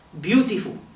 beautiful